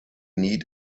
need